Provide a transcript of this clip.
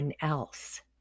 else